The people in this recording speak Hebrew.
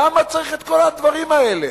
למה צריך את כל הדברים האלה?